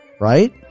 right